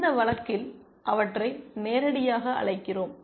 இந்த வழக்கில் அவற்றை நேரடியாக அழைக்கிறோம்